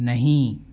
नहीं